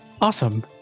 Awesome